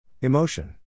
Emotion